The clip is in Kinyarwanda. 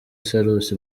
salus